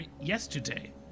Yesterday